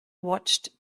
watched